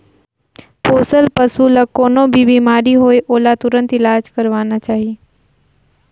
पोसल पसु ल कोनों भी बेमारी होये ओला तुरत इलाज करवाना चाही